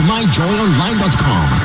MyJoyOnline.com